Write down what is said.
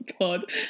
God